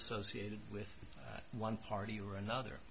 associated with one party or another